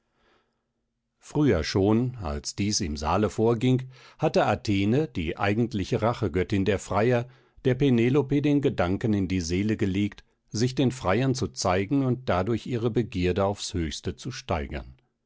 früher schon als dies im saale vorging hatte athene die eigentliche rachegöttin der freier der penelope den gedanken in die seele gelegt sich den freiern zu zeigen und dadurch ihre begierde aufs höchste zu steigern